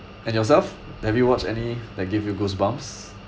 and yourself have you watched any that give you goosebumps